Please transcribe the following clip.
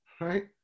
right